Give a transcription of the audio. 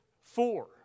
Four